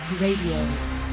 RADIO